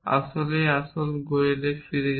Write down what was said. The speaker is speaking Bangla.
আসলেই আসল গোয়েলে ফিরে যান